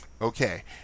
Okay